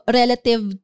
relative